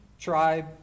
tribe